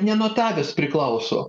ne nuo tavęs priklauso